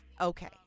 okay